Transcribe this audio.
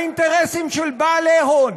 האינטרסים של בעלי הון,